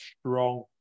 strong